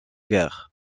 guerre